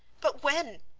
but when?